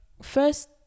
first